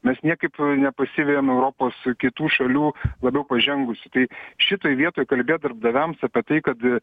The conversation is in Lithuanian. mes niekaip nepasivejame europos kitų šalių labiau pažengusių tai šitoj vietoj kalbėt darbdaviams apie tai kad